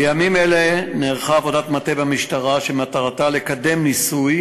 בימים אלה נערכה עבודת מטה במשטרה שמטרתה לקדם ניסוי